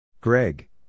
Greg